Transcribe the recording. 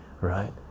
right